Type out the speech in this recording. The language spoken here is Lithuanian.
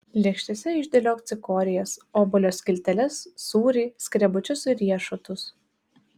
lėkštėse išdėliok cikorijas obuolio skilteles sūrį skrebučius ir riešutus